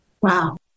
wow